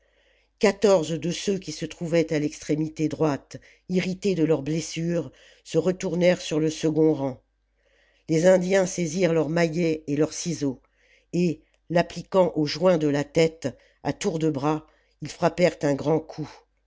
de ceux qui se trouvaient à l'extrémité droite irrités de leurs blessures se retournèrent sur le second rang les indiens saisirent leur maillet et leur ciseau et l'appliquant au joint de la tête à tour de bras ils frappèrent un grand coup